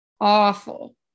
Awful